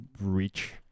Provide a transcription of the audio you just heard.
reach